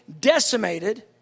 decimated